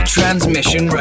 Transmission